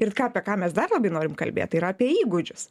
ir ką apie ką mes dar labai norim kalbėti tai yra apie įgūdžius